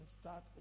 start